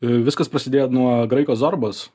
viskas prasidėjo nuo graiko zorbos